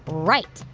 right.